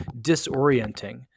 disorienting